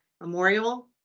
memorial